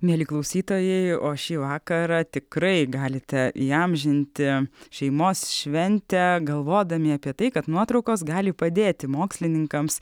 mieli klausytojai o šį vakarą tikrai galite įamžinti šeimos šventę galvodami apie tai kad nuotraukos gali padėti mokslininkams